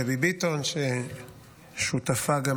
דבי ביטון וקבוצת חברי הכנסת,